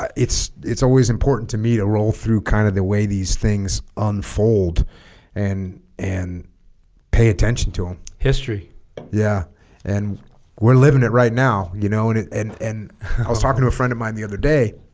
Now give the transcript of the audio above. it's it's always important to me to roll through kind of the way these things unfold and and pay attention to them history yeah and we're living it right now you know and and and i was talking to a friend of mine the other day